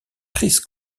chris